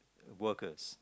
workers